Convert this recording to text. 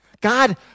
God